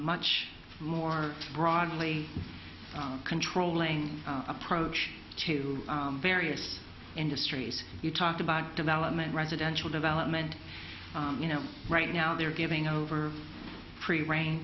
much more broadly controlling approach to various industries you talk about development residential development you know right now they're giving over free rein